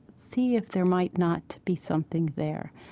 see if there might not be something there.